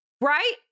right